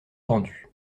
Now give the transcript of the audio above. pendus